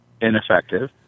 ineffective